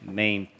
main